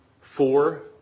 Four